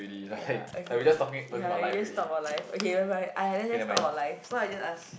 ya okay okay ya I guess talk about life okay nevermind !aiya! let's just talk about life so I just ask